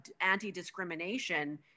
anti-discrimination